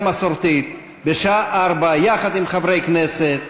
מסורתית בשעה 16:00 יחד עם חברי כנסת,